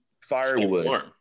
firewood